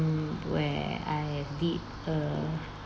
where I did a